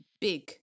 big